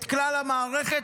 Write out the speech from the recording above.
את כלל המערכת,